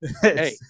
Hey